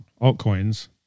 altcoins